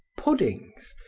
puddings,